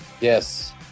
Yes